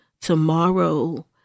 tomorrow